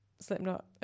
Slipknot